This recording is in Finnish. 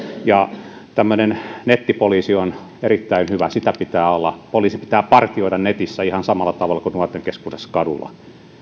ja tämmöinen nettipoliisi on erittäin hyvä sellainen pitää olla poliisin pitää partioida netissä ihan samalla tavalla kuin nuorten keskuudessa kadulla